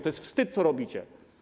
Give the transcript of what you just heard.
To jest wstyd, co tam robicie.